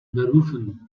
berufen